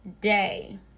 day